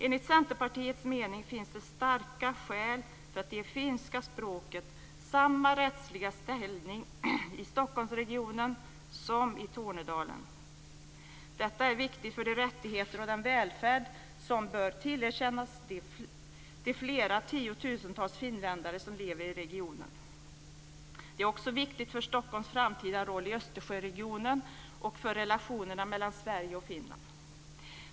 Enligt Centerpartiets mening finns det starka skäl för att ge finska språket samma rättsliga ställning i Stockholmsregionen som i Tornedalen. Detta är viktigt för de rättigheter och den välfärd som bör tillerkännas de flera tiotusentals finländare som lever i regionen. Det är också viktigt för Stockholms framtida roll i Östersjöregionen och för relationerna mellan Sverige och Finland.